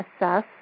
assess